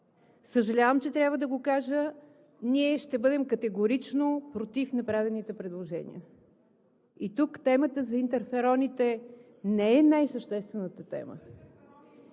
Съжалявам, че трябва да го кажа: ние ще бъдем категорично против направените предложения! И тук темата за интерфероните не е най-съществената тема.